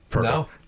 No